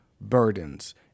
burdens